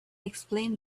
explained